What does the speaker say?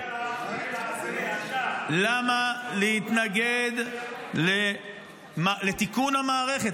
--- למה להתנגד לתיקון המערכת?